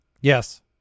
Yes